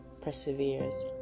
perseveres